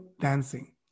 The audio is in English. dancing